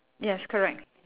yes correct